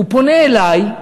הוא פונה אלי,